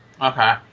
Okay